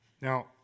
Now